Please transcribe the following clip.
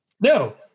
No